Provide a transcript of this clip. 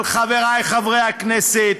אבל חבריי חברי הכנסת,